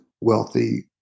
wealthy